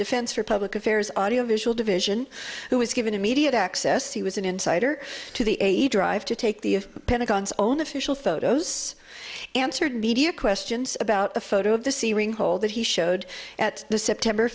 defense for public affairs audiovisual division who was given immediate access he was an insider to the a drive to take the pentagon's own official photos answered media questions about the photo of the ceiling hole that he showed at the september